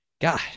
God